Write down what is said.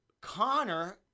Connor